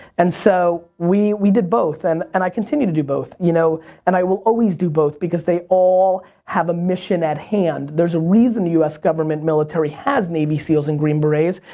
and so we we did both, and and i continue to do both. you know and i will always do both because they all have a mission at hand. there's a reason u s. government military has navy seals and green berets,